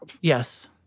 yes